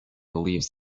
believes